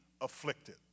afflicted